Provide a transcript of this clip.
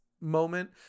moment